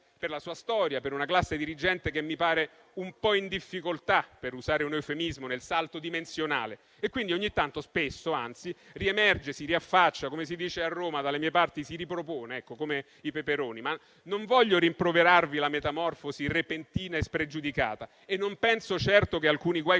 per la sua storia, per una classe dirigente che mi pare un po' in difficoltà - per usare un eufemismo - nel salto dimensionale e quindi ogni tanto, spesso, anzi, riemerge, si riaffaccia e - come si dice a Roma, dalle mie parti - si ripropone come i peperoni. Non voglio però rimproverarvi una metamorfosi repentina e spregiudicata e non penso certo che alcuni guai con